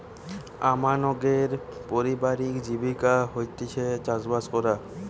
আমানকের পারিবারিক জীবিকা হয়ঠে চাষবাস করা